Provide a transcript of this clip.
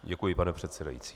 Děkuji, pane předsedající.